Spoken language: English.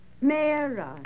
Mayor